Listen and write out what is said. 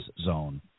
zone